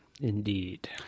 Indeed